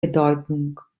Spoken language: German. bedeutung